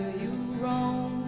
you roam